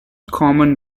common